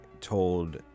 told